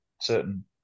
certain